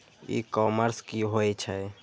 ई commerce की होए छै?